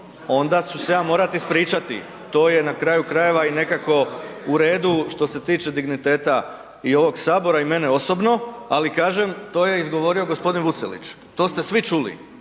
onda ću se ja morati ispričati, to je na kraju krajeva i nekako u redu što se tiče digniteta i ovog Sabora i mene osobno, ali kažem to je izgovorio g. Vucelić. To ste svi čuli,